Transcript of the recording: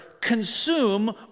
consume